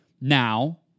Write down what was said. Now